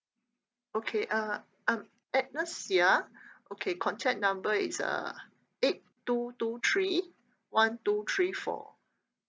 okay uh I'm agnes xia okay contact number is uh eight two two three one two three four